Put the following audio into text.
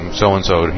so-and-so